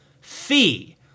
fee